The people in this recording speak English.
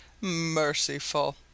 Merciful